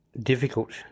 difficult